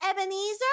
Ebenezer